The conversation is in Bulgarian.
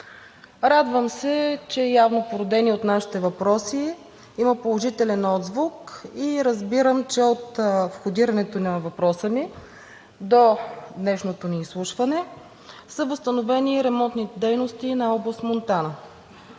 Радвам се, че явно породен от нашите въпроси, има положителен отзвук. Разбирам, че от входирането на въпроса ми до днешното ни изслушване са възстановени ремонтните дейности в област Монтана.